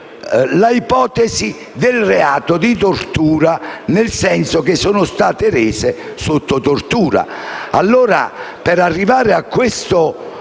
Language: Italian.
l'ipotesi del reato di tortura, nel senso che non sono state rese sotto tortura. Per arrivare a questo